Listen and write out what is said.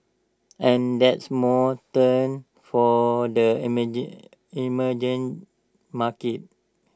and that's more for the emerging emerging markets